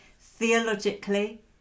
theologically